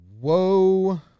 Whoa